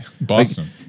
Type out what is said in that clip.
Boston